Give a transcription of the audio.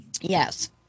Yes